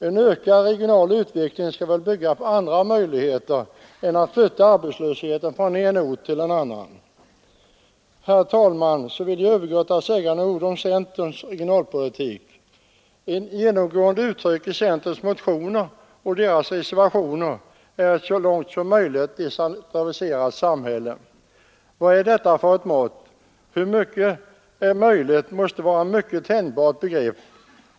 En ökad regional utveckling skall väl bygga på andra åtgärder än flyttning av arbetslösheten från en ort till en annan. Herr talman! Jag vill härefter övergå till att säga några ord om centerns regionalpolitik. Ett genomgående uttryck i centerns motioner och reservationer är ”ett så långt möjligt decentraliserat samhälle”. Vad är detta för ett mått? Hur mycket som är möjligt måste vara ett tänjbart begrepp.